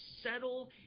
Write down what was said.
settle